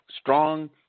strong